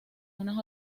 unas